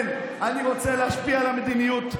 כן, אני רוצה להשפיע על המדיניות.